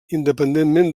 independentment